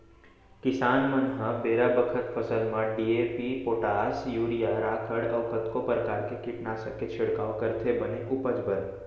किसान मन ह बेरा बखत फसल म डी.ए.पी, पोटास, यूरिया, राखड़ अउ कतको परकार के कीटनासक के छिड़काव करथे बने उपज बर